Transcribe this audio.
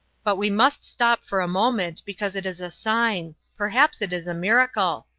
but we must stop for a moment, because it is a sign perhaps it is a miracle.